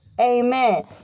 Amen